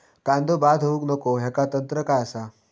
कांदो बाद होऊक नको ह्याका तंत्र काय असा?